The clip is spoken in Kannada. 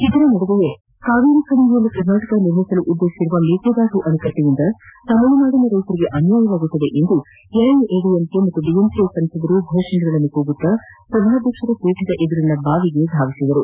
ಇದರ ನದುವೆಯೇ ಕಾವೇರಿ ಕಣಿವೆಯಲ್ಲಿ ಕರ್ನಾಟಕ ನಿರ್ಮಿಸಲು ಉದ್ದೇಶಿಸಿರುವ ಮೇಕೆದಾಟು ಅಣೆಕಟ್ಟೆಯಿಂದ ತಮಿಳುನಾದಿನ ರೈತರಿಗೆ ಅನ್ಯಾಯವಾಗುತ್ತದೆ ಎಂದು ಎಐಎಡಿಎಂಕೆ ಮತ್ತು ಡಿಎಂಕೆ ಸಂಸದರು ಫೋಷಣೆಗಳನ್ನು ಕೂಗುತ್ತಾ ಸಭಾಧ್ಯಕ್ಷರ ಪೀಠದ ಎದುರಿನ ಬಾವಿಗೆ ಧಾವಿಸಿದರು